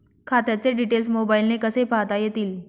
खात्याचे डिटेल्स मोबाईलने कसे पाहता येतील?